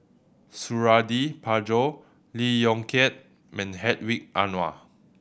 Suradi Parjo Lee Yong Kiat Hedwig Anuar